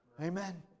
Amen